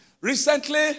Recently